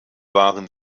waren